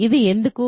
ఇది ఎందుకు